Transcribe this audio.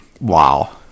wow